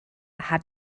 hat